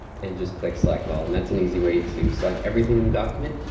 and just click select all. and that's an easy way to select everything in the document.